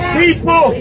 people